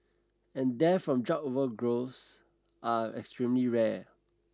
and deaths from drug overdose are extremely rare